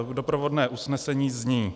Doprovodné usnesení zní: